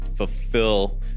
Fulfill